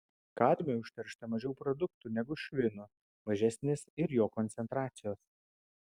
kadmiu užteršta mažiau produktų negu švinu mažesnės ir jo koncentracijos